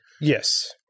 Yes